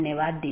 धन्यवाद